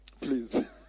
please